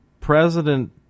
President